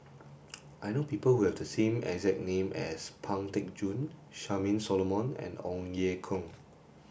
I know people who have the exact name as Pang Teck Joon Charmaine Solomon and Ong Ye Kung